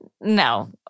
no